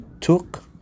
took